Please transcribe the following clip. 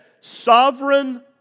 sovereign